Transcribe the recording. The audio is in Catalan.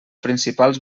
principals